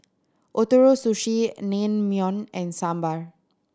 Ootoro Sushi Naengmyeon and Sambar